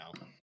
now